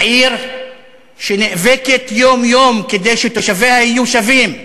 עיר שנאבקת יום-יום כדי שתושביה יהיו שווים,